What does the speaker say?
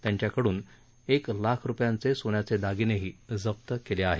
त्यांच्याकडून एक लाखाचे सोन्याचे दागिनेही जप्त केले आहेत